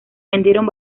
vendieron